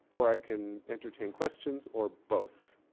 or i can entertain questions, or both.